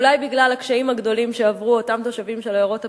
אולי בגלל הקשיים הגדולים שעברו אותם תושבים של עיירות הפיתוח.